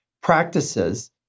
practices